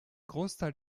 großteil